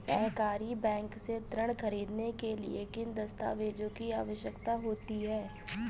सहरी बैंक से ऋण ख़रीदने के लिए किन दस्तावेजों की आवश्यकता होती है?